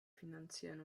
finanziellen